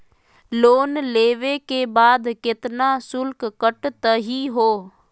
Loan लेवे के बाद केतना शुल्क कटतही हो?